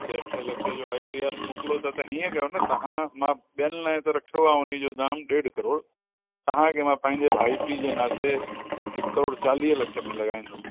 सते अठे लखे जो आई टी एल मोकिलो था त हीअं कयो न तव्हां मां ॿियनि लाइ रखियो आहे उनजो दाम ॾेढ करोड़ तव्हांखे मां पंहिंजे भाउ पीउ जे नाते हिक करोड़ चालीह लखे में लॻाईंदमि